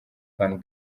van